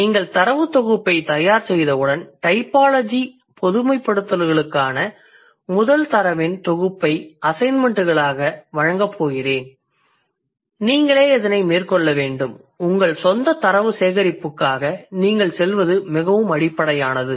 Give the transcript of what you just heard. நீங்கள் தரவுத் தொகுப்பை தயார் செய்தவுடன் டைபாலஜி பொதுமைப்படுத்தல்களுக்கான முதல் தரவின் தொகுப்பை அசைன்மெண்டுக்காக வழங்கப் போகிறேன் நீங்களே இதனை மேற்கொள்ள வேண்டும் உங்கள் சொந்த தரவு சேகரிப்புக்காக நீங்கள் செல்வது மிகவும் அடிப்படையானது